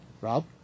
Rob